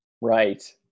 right